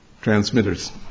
transmitters